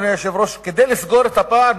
אדוני היושב-ראש: כדי לסגור את הפער,